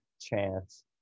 chance